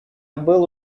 был